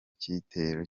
gitero